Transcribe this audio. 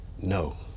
No